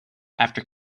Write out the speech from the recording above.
after